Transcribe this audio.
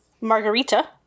Margarita